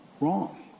wrong